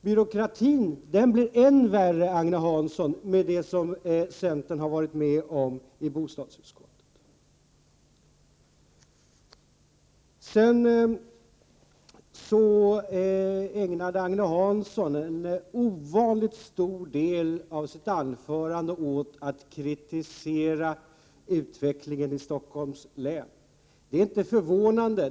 Byråkratin blir än värre, Agne Hansson, genom det som centern har varit med på i bostadsutskottet. Agne Hansson ägnade en ovanligt stor del av sitt anförande åt att kritisera utvecklingen i Stockholms län. Det är inte förvånande.